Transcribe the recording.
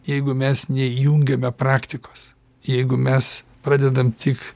jeigu mes neįjungiame praktikos jeigu mes pradedam tik